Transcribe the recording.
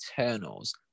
Eternals